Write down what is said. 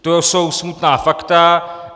To jsou smutná fakta.